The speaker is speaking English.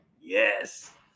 yes